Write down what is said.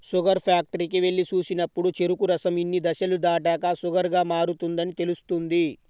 sugar ఫ్యాక్టరీకి వెళ్లి చూసినప్పుడు చెరుకు రసం ఇన్ని దశలు దాటాక షుగర్ గా మారుతుందని తెలుస్తుంది